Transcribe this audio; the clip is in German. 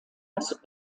das